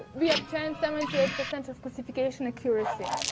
we obtain seventy eight percent of classification accuracy.